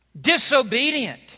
disobedient